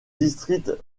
district